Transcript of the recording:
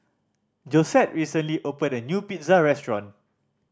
Josette recently opened a new Pizza Restaurant